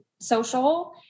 social